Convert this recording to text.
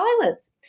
violence